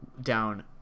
down